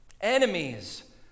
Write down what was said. Enemies